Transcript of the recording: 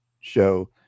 show